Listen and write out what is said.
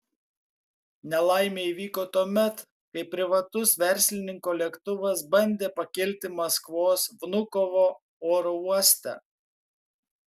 nelaimė įvyko tuomet kai privatus verslininko lėktuvas bandė pakilti maskvos vnukovo oro uoste